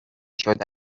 شده